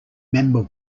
member